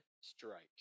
Strike